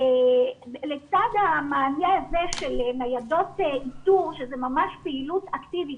לצד המענה הזה של ניידות איתור שזה ממש פעילות אקטיבית,